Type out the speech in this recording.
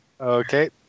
Okay